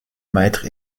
maître